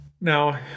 Now